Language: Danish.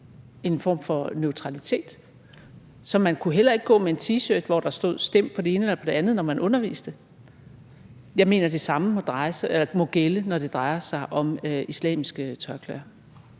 en form for neutralitet. Så man kunne heller ikke gå med en T-shirt der, hvorpå der stod, at folk skulle stemme på det ene eller på det andet, når man underviste. Jeg mener, at det samme må gælde, når det drejer sig om islamiske tørklæder.